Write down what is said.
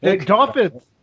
Dolphins